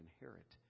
inherit